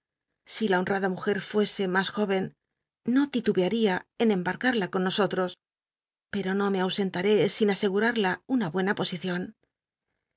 si la honrada mujer fuese mas jó cn no ti lubcaría en embarcarl t con nosotros per'o no me ausentaré n asegurarla una buena posicíon